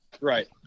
Right